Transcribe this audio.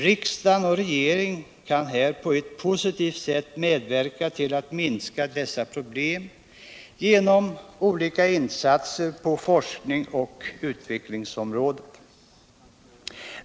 Riksdag och regering kan på ett positivt sätt medverka till att minska dessa problem genom olika insatser på forskningsoch utvecklingsområdet.